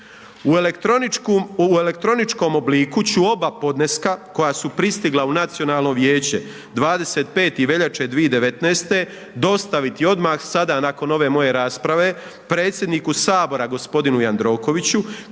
U elektroničkom obliku, ću oba podneska, koja su pristigla u Nacionalno vijeće 25. veljače 2019. dostaviti odmah sada nakon ove moje rasprave predsjedniku Saboru g. Jandrokoviću,